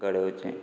घडोवचें